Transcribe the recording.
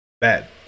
bad